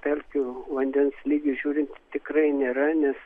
pelkių vandens lygis žiūrint tikrai nėra nes